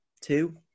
two